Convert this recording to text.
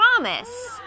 promise